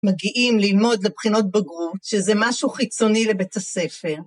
מגיעים ללמוד לבחינות בגרות, שזה משהו חיצוני לבית הספר.